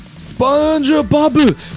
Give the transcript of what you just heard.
SpongeBob